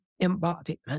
embodiment